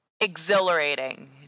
exhilarating